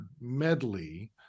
medley